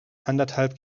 anderthalb